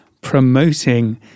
promoting